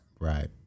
Right